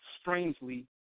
strangely